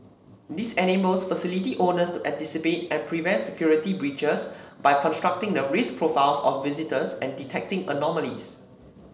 this enables facility owners to anticipate and prevent security breaches by constructing the risk profiles of visitors and detecting anomalies